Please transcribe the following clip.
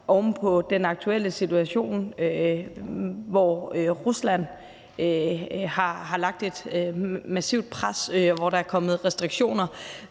oven på den aktuelle situation, hvor Rusland har lagt et massivt pres, og hvor der er kommet restriktioner.